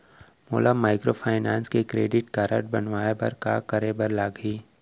मोला माइक्रोफाइनेंस के credit card बनवाए बर का करे बर लागही?